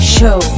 Show